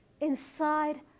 inside